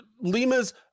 Lima's